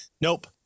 nope